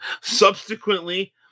subsequently